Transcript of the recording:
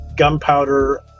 Gunpowder